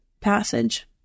passage